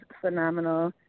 phenomenal